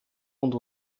und